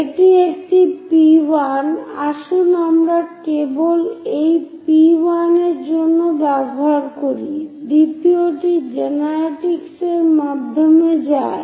এটি একটি P1 আসুন আমরা কেবল এই P1 এর জন্য ব্যবহার করি দ্বিতীয়টি জেনারেট্রিক্সের মাধ্যমে যায়